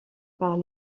par